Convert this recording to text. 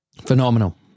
Phenomenal